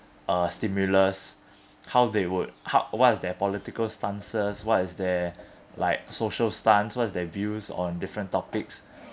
uh stimulus how they would ha~ what is their political stances what is their like social stance what is their views on different topics